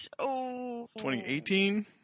2018